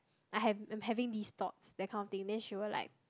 I have I'm having these thoughts that kind of thing then she will like